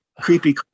creepy